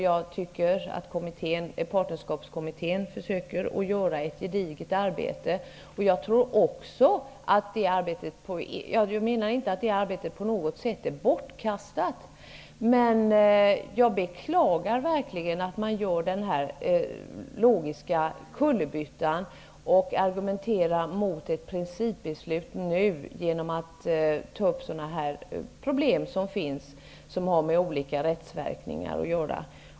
Jag tycker att Partnerskapskommittén försöker att göra ett gediget arbete. Jag menar inte på något sätt att det arbetet är bortkastat. Men jag beklagar verkligen att man gör denna logiska kullerbytta och argumenterar mot att nu fatta ett principbeslut genom att ta upp de problem som finns och som har med olika rättsverkningar att göra.